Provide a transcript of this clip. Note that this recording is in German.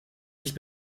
nicht